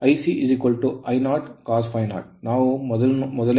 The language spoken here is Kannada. ಆದ್ದರಿಂದ Ic I0 cos ∅0 ನಾವು ಮೊದಲು ನೋಡಿದ್ದೇವೆ